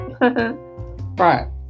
right